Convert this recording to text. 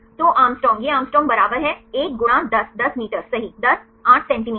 तो Å यह Å बराबर है एक गुणा 10 10 मीटर सही 10 8 सेंटीमीटर